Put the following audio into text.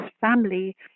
family